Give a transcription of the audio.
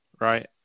right